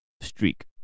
streak